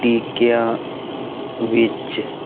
ਟੀਕਿਆਂ ਵਿੱਚ